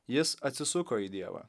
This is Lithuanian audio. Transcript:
jis atsisuko į dievą